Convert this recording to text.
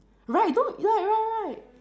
right don't right right right